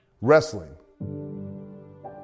wrestling